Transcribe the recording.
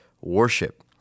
worship